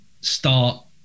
start